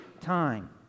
time